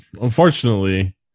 unfortunately